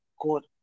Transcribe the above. good